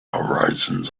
horizons